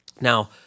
Now